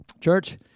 Church